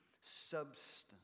substance